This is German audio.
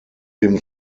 dem